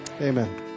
Amen